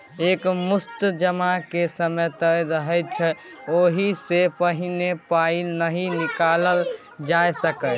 एक मुस्त जमाक समय तय रहय छै ओहि सँ पहिने पाइ नहि निकालल जा सकैए